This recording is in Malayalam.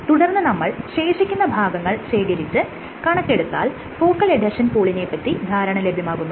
തുടർന്ന് നമ്മൾ ശേഷിക്കുന്ന ഭാഗങ്ങൾ ശേഖരിച്ച് കണക്കെടുത്താൽ ഫോക്കൽ എഡ്ഹെഷൻ പൂളിനെ പറ്റി ധാരണ ലഭ്യമാകുന്നു